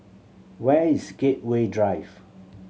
where is Gateway Drive